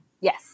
Yes